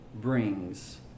brings